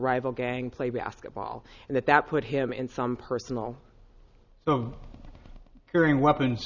rival gang play basketball and that that put him in some personal the hearing weapons